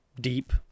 deep